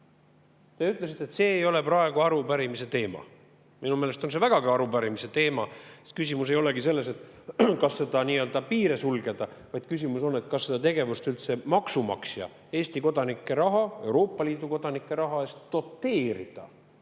Te ütlesite, et see ei ole arupärimise teema. Minu meelest on see vägagi arupärimise teema, sest küsimus ei olegi selles, kas piire sulgeda, vaid küsimus on, kas seda tegevust üldse maksumaksja, Eesti kodanike raha, Euroopa Liidu kodanike raha eest doteerida.